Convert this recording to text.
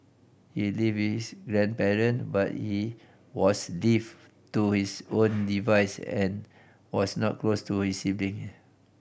he lived with his grandparent but he was live to his own device and was not close to his sibling